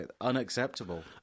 unacceptable